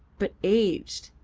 but aged,